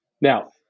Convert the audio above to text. Now